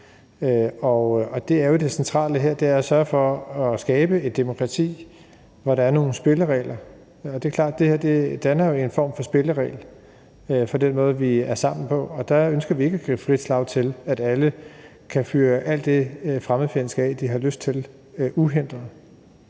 at sørge for at skabe et demokrati, hvor der er nogle spilleregler. Det er klart, at det her jo danner en form for spilleregel for den måde, vi er sammen på. Der ønsker vi ikke at give frit slag til, at alle kan fyre alt det fremmedfjendske af, de har lyst til, uhindret.